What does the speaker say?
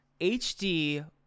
HD